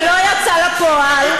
זה לא יצא לפועל.